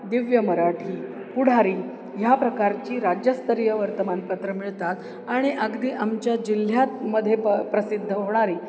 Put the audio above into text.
दिव्य मराठी पुढारी ह्या प्रकारची राज्यस्तरीय वर्तमानपत्रं मिळतात आणि अगदी आमच्या जिल्ह्यात मध्ये प प्रसिद्ध होणारी